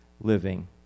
living